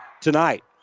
tonight